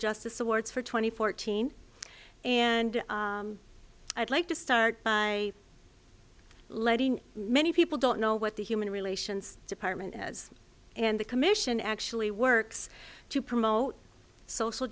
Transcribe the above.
justice awards for twenty fourteen and i'd like to start by letting many people don't know what the human relations department is and the commission actually works to promote social